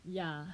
ya